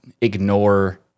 ignore